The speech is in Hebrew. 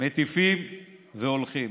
מטיפים והולכים.